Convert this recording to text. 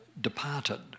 departed